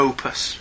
Opus